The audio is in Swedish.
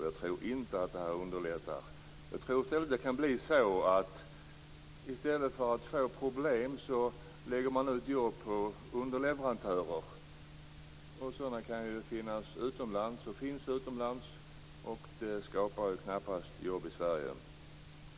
Jag tror inte att det här underlättar. Jag tror i stället att det kan bli så att man för att inte få problem lägger ut jobb på underleverantörer. Sådana kan ju finnas, och finns, utomlands. Det skapar knappast jobb i Sverige.